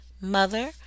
mother